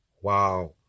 Wow